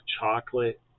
chocolate